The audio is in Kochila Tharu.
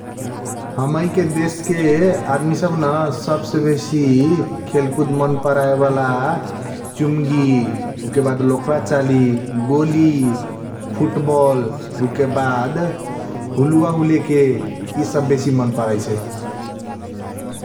हमैके देश के आदमी सब न सब से बेसी खेलकूद मन पर्याय वाला । चुंगी उके बाद लोकरचली गोली फुटबॉल उके बाद हुआ हुलेके ई सब बेसी मन पराइसै ।